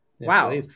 Wow